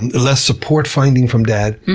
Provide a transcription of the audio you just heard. and less support-finding from dad.